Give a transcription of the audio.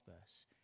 verse